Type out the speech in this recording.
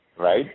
Right